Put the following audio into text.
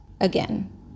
Again